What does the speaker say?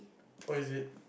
oh is it